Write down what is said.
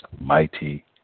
mighty